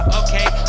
okay